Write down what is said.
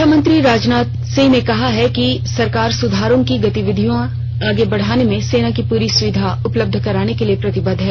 रक्षामंत्री राजनाथ सिंह ने कहा है कि सरकार सुधारों की गतिविधियां आगे बढ़ाने में सेना को पूरी सुविधाएं उपलब्ध कराने के लिए प्रतिबद्ध है